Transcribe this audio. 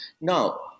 now